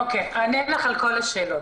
אענה לך על כל השאלות.